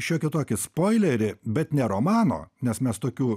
šiokį tokį spoilerį bet ne romano nes mes tokių